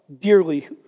dearly